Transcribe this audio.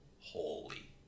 holy